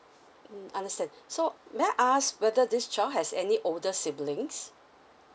mm understand so may I ask whether this child has any older siblings